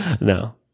No